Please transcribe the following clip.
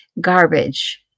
garbage